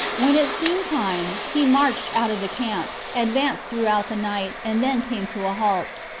when it seemed time, he marched out of the camp, advanced throughout the night, and then came to a halt.